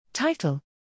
Title